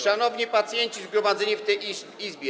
Szanowni pacjenci zgromadzeni w tej Izbie!